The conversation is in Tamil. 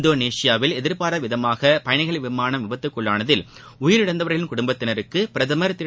இந்தோனேஷியாவில் எதிர்பாராதவிதமாக பயணிகள் விமானம் விபத்துக்குள்ளானதில் உயிரிழந்தவர்களின் குடும்பத்தினருக்கு பிரதமர் திரு